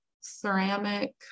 ceramic